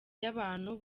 y’abantu